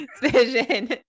Vision